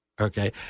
Okay